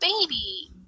baby